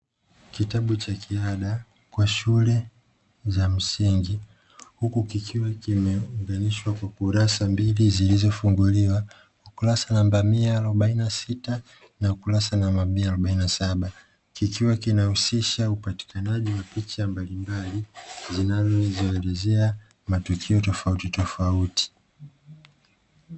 Kitabu cha kiada kwa shule za msingi ,huku kikiwa kimeunganishwa kwa kurasa mbili zilizofunguliwa kurasa namba mia arobaini na sita na kurasa namba mia arobaini na saba, kikiwa kinahusisha upatikanaji wa picha mbalimbali zinazoelezea matukio tofauti tofauti.